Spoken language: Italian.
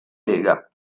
lega